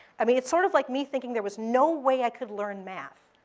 i mean, it's sort of like me thinking there was no way i could learn math.